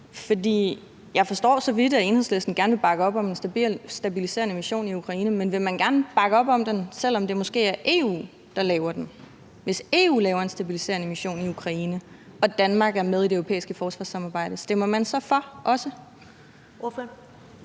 jeg forstår det så vidt, at Enhedslisten gerne vil bakke op om en stabiliserende mission i Ukraine. Men vil man gerne bakke op om den, selv om det måske er EU, der laver den? Hvis EU laver en stabiliserende mission i Ukraine og Danmark er med i det europæiske forsvarssamarbejde, stemmer man så også